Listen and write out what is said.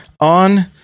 on